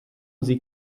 sie